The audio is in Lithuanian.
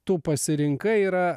tu pasirinkai yra